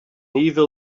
evil